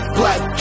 black